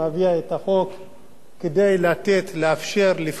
כדי לאפשר לפרוס את החוב,